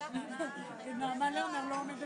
אני לא רוצה